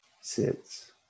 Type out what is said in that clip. sits